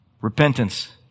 Repentance